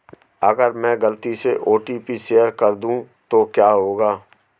अगर मैं गलती से ओ.टी.पी शेयर कर दूं तो क्या होगा?